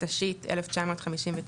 התשי"ט-1959,